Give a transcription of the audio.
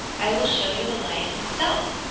i will show you the lion himself.